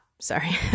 Sorry